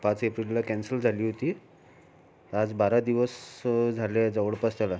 पाच एप्रिलला कॅन्सल झाली होती आज बारा दिवस झालेय जवळपास त्याला